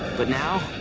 but now,